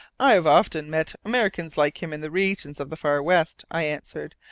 i have often met americans like him in the regions of the far west, i answered,